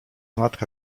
matka